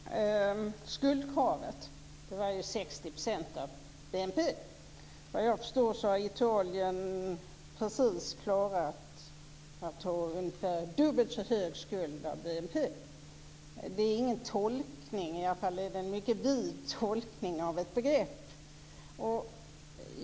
Fru talman! Skuldkravet var ju 60 % av BNP. Vad jag förstår har Italien precis klarat att ha ungefär dubbelt så hög skuld av BNP. Det är ingen tolkning - eller i varje fall är det en mycket vid tolkning av ett begrepp.